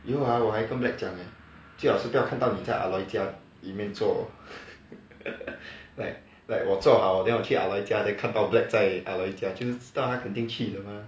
以后 ah 我还跟 black 讲 leh 最好是不要看到你在 ah loi 家里面坐 like like 我坐好 then 我去 ah loi 家 then 看到 black 在 ah loi 家就知道他肯定去的 mah